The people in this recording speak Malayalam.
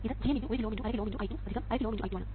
ഇത് Gm × 1 കിലോΩ × അര കിലോΩ × I2 അര കിലോΩ × I2 ആണ്